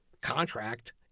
contract